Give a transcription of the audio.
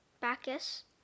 bacchus